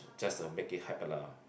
just the make it hype lah